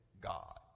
God